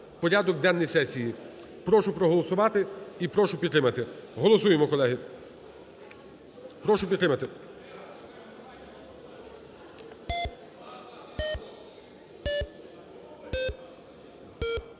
порядок денний сесії. Прошу проголосувати і прошу підтримати. Голосуємо, колеги. Прошу підтримати.